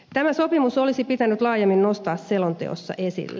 tämä sopimus olisi pitänyt laajemmin nostaa selonteossa esille